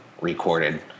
recorded